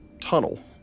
tunnel